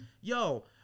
yo